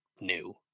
new